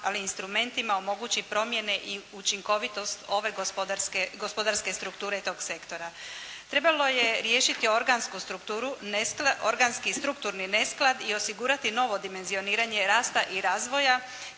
ali i instrumentima omogući promjene i učinkovitost ove gospodarske strukture tog sektora. Trebalo je riješiti organsku strukturu, organski strukturni nesklad i osigurati novo dimenzioniranje rasta i razvoja